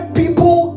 people